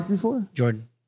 Jordan